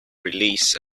release